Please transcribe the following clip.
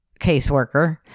caseworker